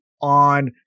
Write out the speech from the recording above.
on